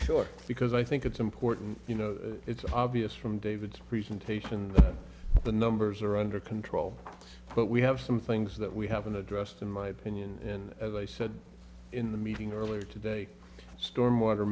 may because i think it's important you know it's obvious from david's presentation the numbers are under control but we have some things that we haven't addressed in my opinion and they said in the meeting earlier today storm water